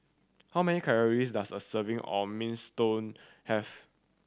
how many calories does a serving of Minestrone have